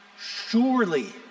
surely